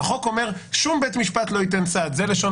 החוק אומר: שום בית משפט לא ייתן סעד זו לשון